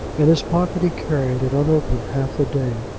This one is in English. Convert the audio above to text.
in his pocket he carried it unopened half the day,